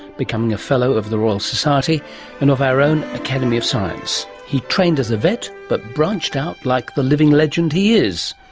becoming a fellow of the royal society and of our own academy of science. he trained as a vet, but branched out like the living legend he is.